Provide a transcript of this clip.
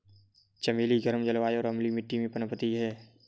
चमेली गर्म जलवायु और अम्लीय मिट्टी में पनपती है